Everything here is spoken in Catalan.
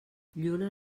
lluna